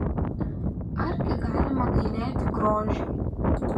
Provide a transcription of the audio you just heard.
argi galima gailėti grožiui